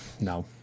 no